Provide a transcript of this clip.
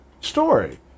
story